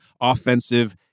offensive